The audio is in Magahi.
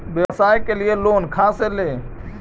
व्यवसाय के लिये लोन खा से ले?